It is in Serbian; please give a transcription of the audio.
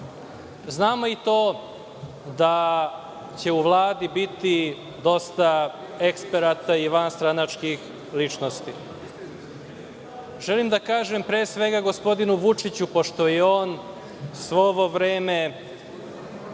17.Znamo i to da će u Vladi biti dosta eksperata i vanstranačkih ličnosti. Želim pre svega da kažem gospodinu Vučiću, pošto je on sve ovo vreme